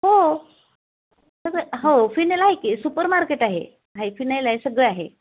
हो सगळं हो फिनेल आहे की सुपर मार्केट आहे आहे फिनेल आहे सगळं आहे